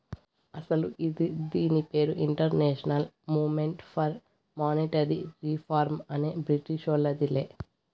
అస్సలు ఇది దీని పేరు international movement for monetary reform అనే బ్రిటీషోల్లదిలే